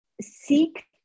seek